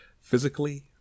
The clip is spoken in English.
physically